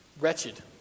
wretched